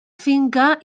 finca